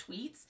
tweets